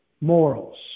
morals